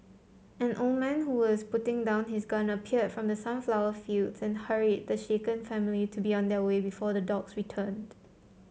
an old man who was putting down his gun appeared from the sunflower fields and hurried the shaken family to be on their way before the dogs return